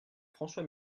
françois